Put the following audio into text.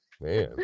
Man